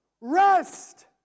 Rest